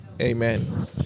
Amen